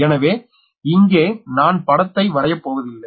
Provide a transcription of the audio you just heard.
எனவே இங்கே நான் படத்தை வரையப்போவதில்லை